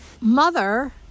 mother